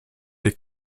est